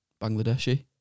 Bangladeshi